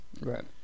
Right